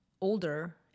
older